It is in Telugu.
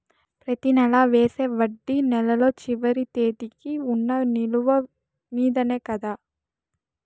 ప్రతి నెల వేసే వడ్డీ నెలలో చివరి తేదీకి వున్న నిలువ మీదనే కదా?